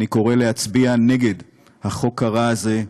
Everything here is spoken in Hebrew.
אני קורא להצביע נגד החוק הרע הזה,